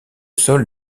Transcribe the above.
sol